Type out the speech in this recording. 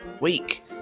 week